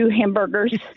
hamburgers